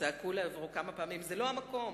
צעקו לעברו כמה פעמים: זה לא המקום,